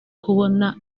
kubona